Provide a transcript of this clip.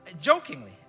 jokingly